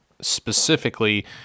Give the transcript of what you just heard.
specifically